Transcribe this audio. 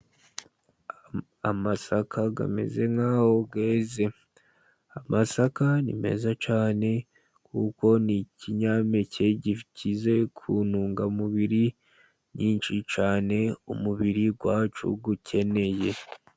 Amasaka ameze nk'aho yeze. Amasaka ni meza cyane kuko ni ikinyampeke gikize ku ntungamubiri nyinshi cyane umubiri wacu ukeneye.